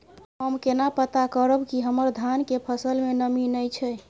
हम केना पता करब की हमर धान के फसल में नमी नय छै?